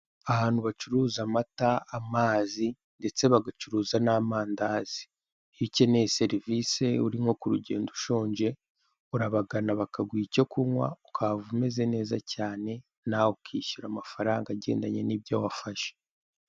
Ahantu bacuruza amata, amazi, ndetse bagacuruza n'amandazi. Iyo ukeneye serivisi uri nko ku rugendo ushonje, urabagana bakaguha icyo kunywa ukahava umeze neza cyane, nawe ukishyura amafaranga agendanye n'ibyo wafashe.